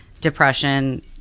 Depression